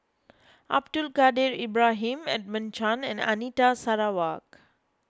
Abdul Kadir Ibrahim Edmund Chen and Anita Sarawak